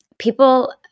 People